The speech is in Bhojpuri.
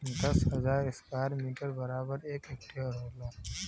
दस हजार स्क्वायर मीटर बराबर एक हेक्टेयर होला